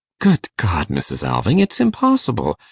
good god, mrs. alving, it's impossible!